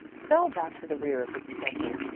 fell back to the rear of the procession.